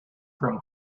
from